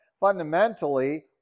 Fundamentally